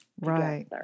Right